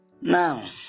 Now